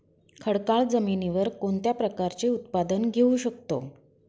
खडकाळ जमिनीवर कोणत्या प्रकारचे उत्पादन घेऊ शकतो?